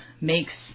makes